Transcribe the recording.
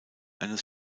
eines